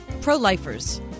Pro-lifers